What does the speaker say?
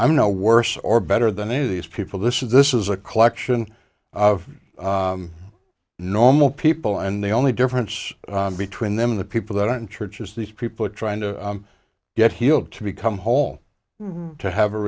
i'm no worse or better than any of these people this is this is a collection of normal people and the only difference between them the people that are in churches these people are trying to get healed to become whole to have a